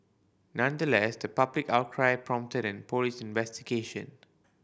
nonetheless the public outcry prompted police investigation